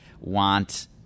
want